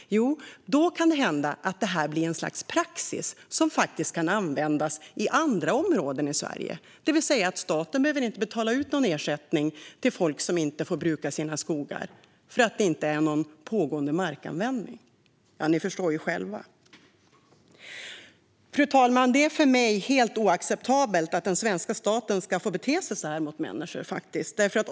Jo, då kan det hända att detta blir ett slags praxis som kan användas i andra områden i Sverige. Staten skulle då inte behöva betala ut någon ersättning till folk som inte får bruka sin skog eftersom det inte rör sig om pågående markanvändning. Ni förstår ju själva. Fru talman! Det är för mig helt oacceptabelt att den svenska staten ska få bete sig så här mot människor.